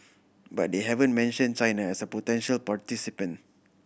but they haven't mention China as a potential participant